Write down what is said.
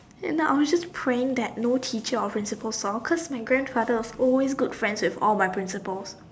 end up I was just praying that no teacher or principal saw cause my grandfather was always good friends with all my principal